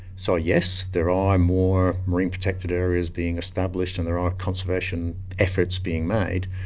so yes, there are more marine protected areas being established and there are conservation efforts being made,